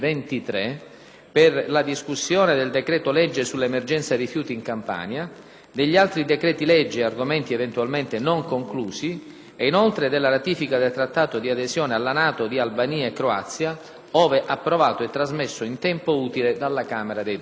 per la discussione del decreto-legge sull'emergenza rifiuti in Campania, degli altri decreti-legge e argomenti eventualmente non conclusi e inoltre della ratifica del Trattato dì adesione alla NATO di Albania e Croazia, ove approvato e trasmesso in tempo utile dalla Camera dei deputati.